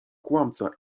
kłamca